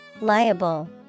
Liable